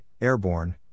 Airborne